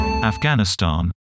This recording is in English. Afghanistan